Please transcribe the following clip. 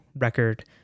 record